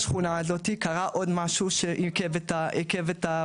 בשכונה הזאת קרה עוד משהו שעיכב את הפרויקט